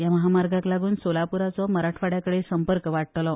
ह्या म्हामार्गाक लागून सोलापूरचो मराठवाड्या कडेन संपर्क वाडटलो